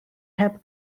heb